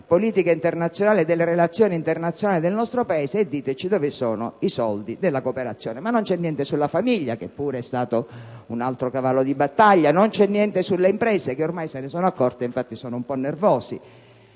politica internazionale e delle relazioni internazionali del nostro Paese. E diteci dove sono i soldi della cooperazione. Non c'è niente sulla famiglia, che pure è stato un altro cavallo di battaglia. Non c'è niente sulle imprese, che infatti se ne sono accorte e sono un po' nervose.